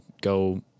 go